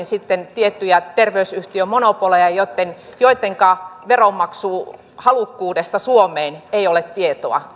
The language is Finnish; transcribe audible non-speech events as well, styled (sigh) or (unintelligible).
(unintelligible) sitten tiettyjä terveysyhtiömonopoleja joittenka veronmaksuhalukkuudesta suomeen ei ole tietoa